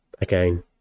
again